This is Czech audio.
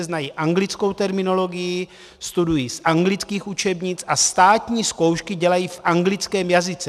Znají anglickou terminologii, studují z anglických učebnic a státní zkoušky dělají v anglickém jazyce.